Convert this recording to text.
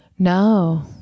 No